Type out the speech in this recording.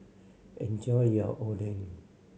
enjoy your Oden